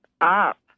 up